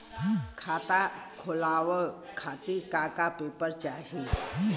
खाता खोलवाव खातिर का का पेपर चाही?